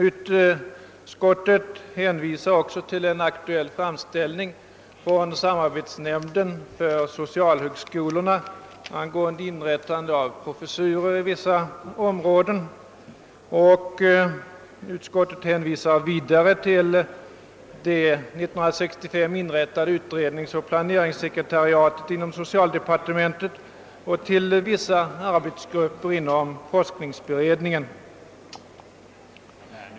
Utskottet hänvisar också till en aktuell framställning från samarbetsnämnden för socialhögskolorna angående inrättandet av professurer på vissa områden. Utskottet hänvisar vidare till det 1965 inrättade utredningsoch planeringssekretariatet inom socialdepartementet och till vissa arbetsgrupper inom forskningsberedningen.